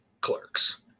Clerks